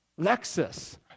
Lexus